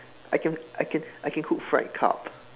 I can I can I can cook fried carp